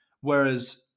Whereas